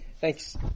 thanks